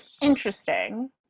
Interesting